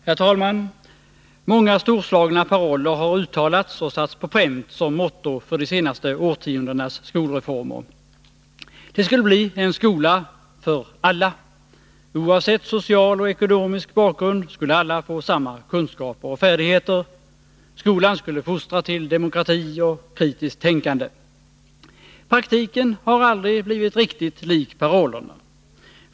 Herr talman! Många storslagna paroller har uttalats och satts på pränt som motto för de senaste årtiondenas skolreformer. Det skulle bli en skola för alla. Oavsett social och ekonomisk bakgrund skulle alla få samma kunskaper och färdigheter. Skolan skulle fostra till demokrati och kritiskt tänkande. Praktiken har aldrig blivit riktigt lik parollerna.